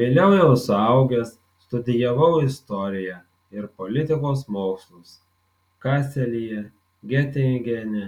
vėliau jau suaugęs studijavau istoriją ir politikos mokslus kaselyje getingene